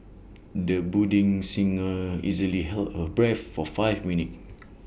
the budding singer easily held her breath for five minutes